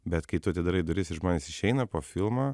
bet kai tu atidarai duris ir žmonės išeina po filmo